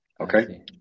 okay